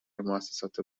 موسسات